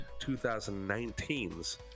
2019's